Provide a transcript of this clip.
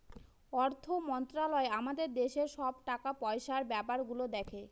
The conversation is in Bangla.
অর্থ মন্ত্রালয় আমাদের দেশের সব টাকা পয়সার ব্যাপার গুলো দেখে